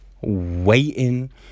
Waiting